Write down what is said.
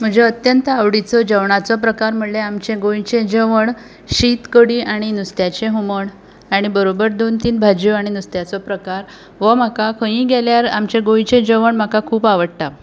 म्हजें अत्यंत जेवणाचो आवडीचो प्रकार म्हळ्यार आमचें गोंयचें जेवण शीत कडी आनी नुस्त्याचें हुमण आनी बरोबर दोन तीन भाज्यो आनी नुस्त्याचो प्रकार हो आमकां खंयूय गेल्याक आमचें गोंयचें जेवण म्हाका खूब आवडटा